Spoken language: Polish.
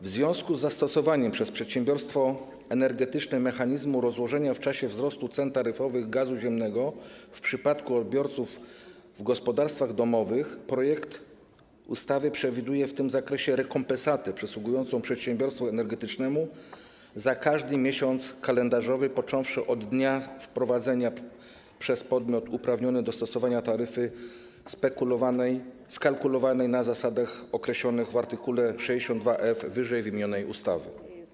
W związku z zastosowaniem przez przedsiębiorstwo energetyczne mechanizmu rozłożenia w czasie wzrostu cen taryfowych gazu ziemnego w przypadku odbiorców w gospodarstwach domowych projekt ustawy przewiduje w tym zakresie rekompensatę przysługującą przedsiębiorstwu energetycznemu za każdy miesiąc kalendarzowy, począwszy od dnia wprowadzenia przez podmiot uprawniony do stosowania taryfy skalkulowanej na zasadach określonych w art. 62f wymienionej ustawy.